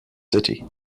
city